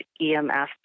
EMF